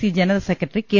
C general secretary K